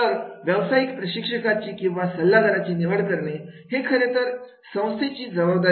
तर व्यवसायिक प्रशिक्षकांची किंवा सल्लागाराची निवड करणे हे खरेतर संस्थेची जबाबदारी आहे